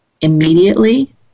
immediately